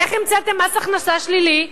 איך המצאתם מס הכנסה שלילי?